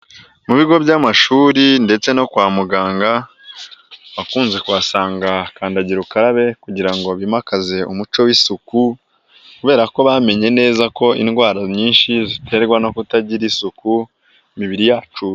Mu bigo by'amashuri ndetse no kwa muganga, wakunze kuhasanga kandagira ukarabe kugira ngo bimakaze umuco w'isuku kubera ko bamenye neza ko indwara nyinshi ziterwa no kutagira isuku ku mibiri yacu.